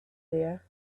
there